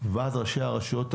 ועד ראשי הרשויות הערביות,